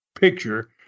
picture